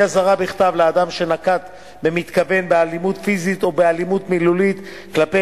אזהרה בכתב לאדם שנקט במתכוון אלימות פיזית או אלימות מילולית כלפי